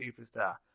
superstar